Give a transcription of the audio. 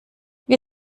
wir